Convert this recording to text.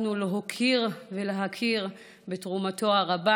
הספקנו להוקיר ולהכיר בתרומתו הרבה.